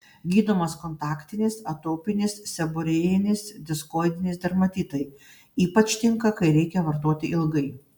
gydomas kontaktinis atopinis seborėjinis diskoidinis dermatitai ypač tinka kai reikia vartoti ilgai